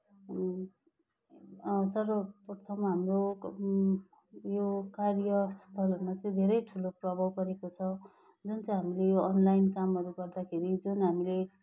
सर्वप्रथम हाम्रो यो कार्यस्थलहरूमा चाहिँ धेरै ठुलो प्रभाव परेको छ जुन चाहिँ हामीले यो अनलाइन कामहरू गर्दाखेरि जुन हामीले